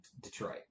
Detroit